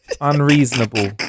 Unreasonable